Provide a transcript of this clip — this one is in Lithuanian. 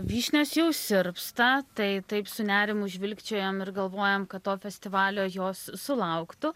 vyšnios jau sirpsta tai taip su nerimu žvilgčiojam ir galvojam kad to festivalio jos sulauktų